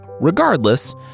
Regardless